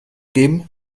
geben